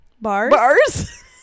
Bars